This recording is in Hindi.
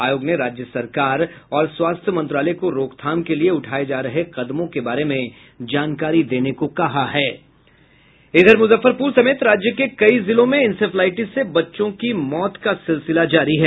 आयोग ने राज्य सरकार और स्वास्थ्य मंत्रालय को रोकथाम के लिये उठाये जा रहे कदमों के बारे में जानकारी देने को कहा है इधर मूजफ्फरपूर समेत राज्य के कई जिलों में इंसेफ्लाईटिस से बच्चों की मौत का सिलसिला जारी है